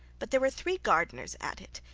but there were three gardeners at it,